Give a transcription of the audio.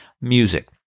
Music